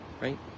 right